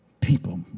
people